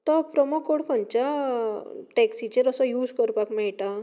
तो promo code खंयच्या टॅक्सीचेर असो यूझ करपाक मेळटा